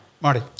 Marty